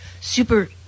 super